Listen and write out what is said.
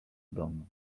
domu